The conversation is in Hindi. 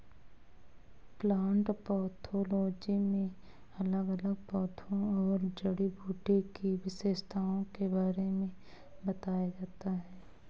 प्लांट पैथोलोजी में अलग अलग पौधों और जड़ी बूटी की विशेषताओं के बारे में बताया जाता है